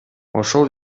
ошол